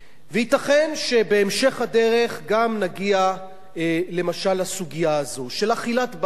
וייתכן שבהמשך הדרך גם נגיע למשל לסוגיה הזאת של אכילת בעלי-חיים.